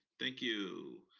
thank you.